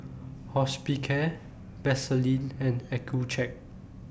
Hospicare Vaselin and Accucheck